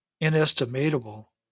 inestimable